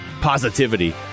positivity